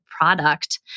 product